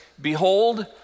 Behold